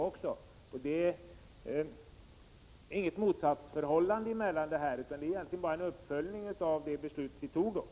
Det råder inte något motsatsförhållande här, utan vårt krav är egentligen bara en uppföljning av det beslut vi fattade då.